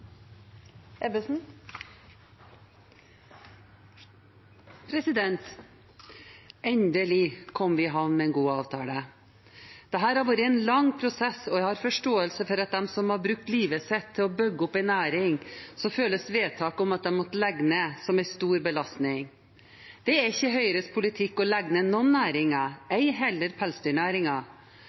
Endelig kom vi i havn med en god avtale! Dette har vært en lang prosess, og jeg har forståelse for at for de som har brukt livet sitt til å bygge opp en næring, føles vedtaket om at de må legge ned, som en stor belastning. Det er ikke Høyres politikk å legge ned noen næringer, ei heller